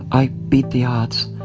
i beat the odds,